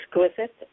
exquisite